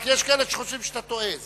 רק יש כאלה שחושבים שאתה טועה,